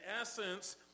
essence